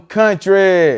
country